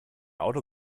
auto